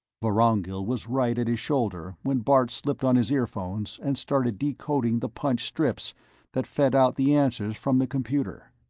vorongil was right at his shoulder when bart slipped on his earphones and started decoding the punched strips that fed out the answers from the computer.